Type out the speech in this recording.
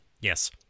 Yes